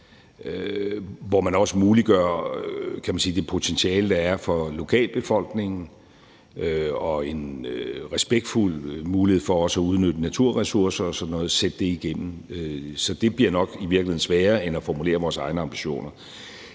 kan man sige, det potentiale, der er for lokalbefolkningen, og giver en respektfuld mulighed for også at udnytte naturressourcer og sådan noget og sætte det igennem. Så det bliver nok i virkeligheden sværere end at formulere vores egne ambitioner.